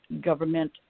government